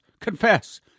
Confess